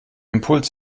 impuls